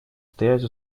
стоять